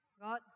God